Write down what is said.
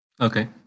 Okay